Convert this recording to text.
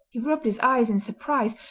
he rubbed his eyes in surprise,